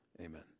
amen